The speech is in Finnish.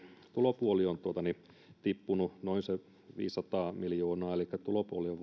tulopuoli on tippunut noin viisisataa miljoonaa elikkä tulopuoli on